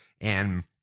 and-